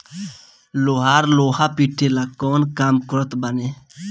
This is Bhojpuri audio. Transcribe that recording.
लोहार लोहा पिटला कअ काम करत बाने